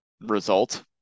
result